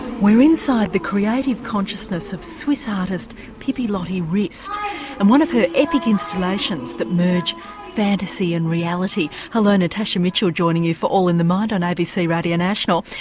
we're inside the creative consciousness of swiss artist pipilotti rist and one of her epic installations that merge fantasy and reality. hello, natasha mitchell joining you for all in the mind on abc radio national.